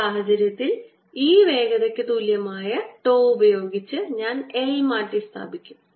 ആ സാഹചര്യത്തിൽ ഈ വേഗതയ്ക്ക് തുല്യമായ τ ഉപയോഗിച്ച് ഞാൻ l മാറ്റിസ്ഥാപിക്കും